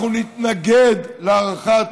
אנחנו נתנגד להארכת